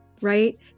right